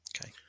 okay